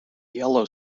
yellow